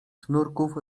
sznurków